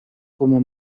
como